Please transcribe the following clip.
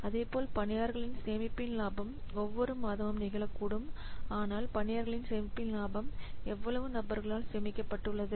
அதேபோல் பணியாளர்களின் சேமிப்பின் லாபம் ஒவ்வொரு மாதமும் நிகழக்கூடும் ஆனால் பணியாளர்களின் சேமிப்பில் லாபம் எவ்வளவு நபர்களால் சேமிக்கப்பட்டுள்ளது